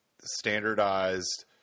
standardized